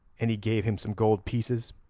and he gave him some gold pieces.